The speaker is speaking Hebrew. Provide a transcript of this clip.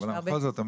אבל בכל זאת,